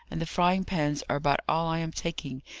and the frying-pans are about all i am taking,